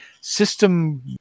system